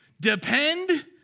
Depend